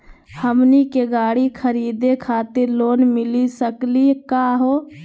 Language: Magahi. हमनी के गाड़ी खरीदै खातिर लोन मिली सकली का हो?